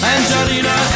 Angelina